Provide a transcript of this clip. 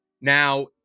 Now